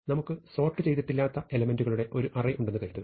നമുക്ക് സോർട്ട് ചെയ്തിട്ടില്ലാത്ത എലെമെന്റുകളുടെ ഒരു അറേ ഉണ്ടെന്ന് കരുതുക